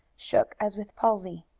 shook as with palsy.